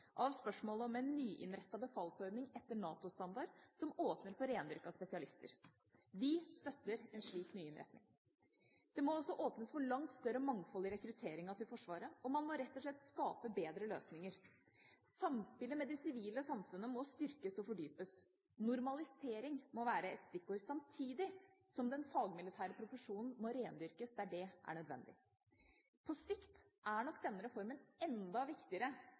av spørsmålet om en nyinnrettet befalsordning etter NATO-standard, som åpner for rendyrkede spesialister. Vi støtter en slik nyinnretting. Det må også åpnes for langt større mangfold i rekrutteringen til Forsvaret, og man må rett og slett skape bedre løsninger. Samspillet med det sivile samfunnet må styrkes og fordypes. Normalisering må være et stikkord, samtidig som den fagmilitære profesjonen må rendyrkes der det er nødvendig. På sikt er nok denne reformen enda viktigere